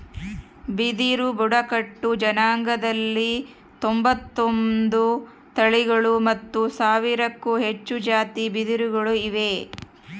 ಬಿದಿರು ಬುಡಕಟ್ಟು ಜನಾಂಗದಲ್ಲಿ ತೊಂಬತ್ತೊಂದು ತಳಿಗಳು ಮತ್ತು ಸಾವಿರಕ್ಕೂ ಹೆಚ್ಚು ಜಾತಿ ಬಿದಿರುಗಳು ಇವೆ